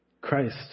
Christ